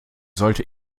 sollte